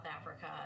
Africa